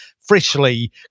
freshly